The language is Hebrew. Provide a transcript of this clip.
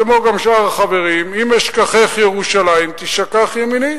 כמו גם שאר החברים: אם אשכחך ירושלים תשכח ימיני.